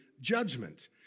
judgment